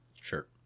Sure